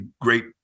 great